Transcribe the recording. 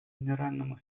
генеральному